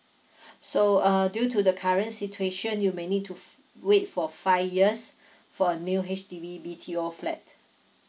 so uh due to the current situation you may need to f~ wait for five years for a new H_D_B B_T_O flat